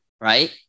Right